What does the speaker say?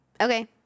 Okay